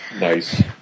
nice